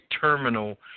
terminal